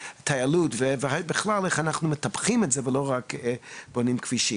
הטיילות ובכלל לחשוב איך אנחנו מפתחים את זה מעבר ולא רק בונים כבישים.